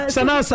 Sana